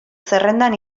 zerrendan